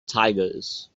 tigers